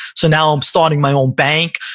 so now i'm starting my own bank.